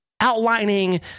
outlining